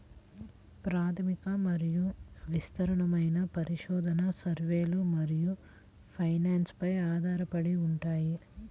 ప్రాథమిక మరియు విస్తృతమైన పరిశోధన, సర్వేలు మరియు ఫైనాన్స్ పై ఆధారపడి ఉంటాయి